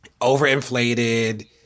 overinflated